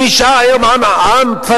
אם נשאר היום עם פלסטיני,